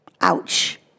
Ouch